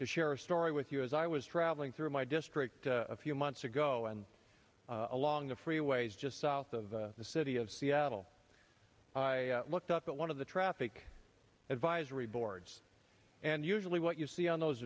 to share a story with you as i was traveling through my district a few months ago and along the freeways just south of the city of seattle i looked up at one of the traffic advisory boards and usually what you see on those